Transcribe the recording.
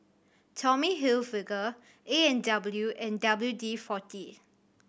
Tommy Hilfiger A and W and W D Forty